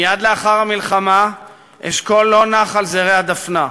מייד לאחר המלחמה אשכול לא נח על זרי הדפנה,